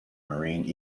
marine